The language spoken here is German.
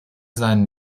seinen